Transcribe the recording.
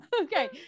okay